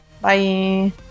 Bye